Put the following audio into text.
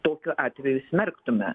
tokiu atveju smerktume